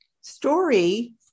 Story